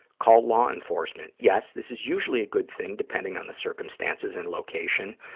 call law enforcement. yes, this is usually a good thing, depending on the circumstances and location.